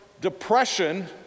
depression